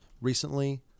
recently